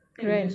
kan